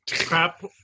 crap